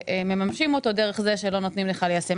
שמממשים אותו דרך זה שלא נותנים לך ליישם.